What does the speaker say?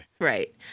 right